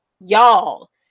y'all